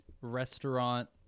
restaurant